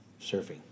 surfing